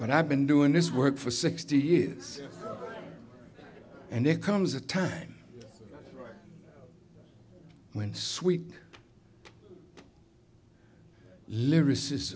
but i've been doing this work for sixty years and there comes a time when sweet lyricis